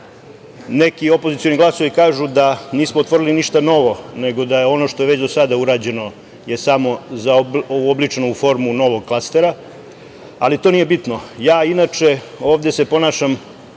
neki opozicioni glasovi kažu da nismo otvorili ništa novo, nego da je ono što je već do sada urađeno je samo uobličeno u formu novog klastera, ali to nije bitno. Ja inače se ovde ponašam